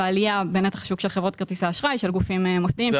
ועלייה בנתח שוק של חברות כרטיסי אשראי ושל גופים מוסדיים חוץ בנקאיים.